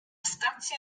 stację